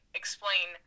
explain